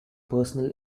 personal